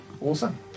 Awesome